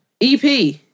EP